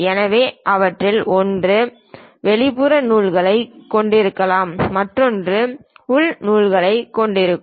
எனவே அவற்றில் ஒன்று வெளிப்புற நூல்களைக் கொண்டிருக்கலாம் மற்றொன்று உள் நூல்களைக் கொண்டிருக்கும்